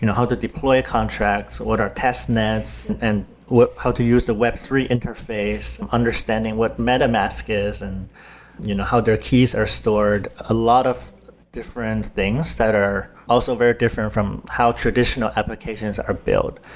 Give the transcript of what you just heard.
you know how to deploy contracts? what are test nets and how to use the web three interface, understanding what metamask is and you know how their keys are stored? a lot of different things that are also very different from how traditional applications are build.